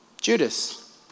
Judas